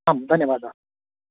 आम् धन्यवादाः